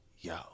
yo